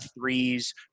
threes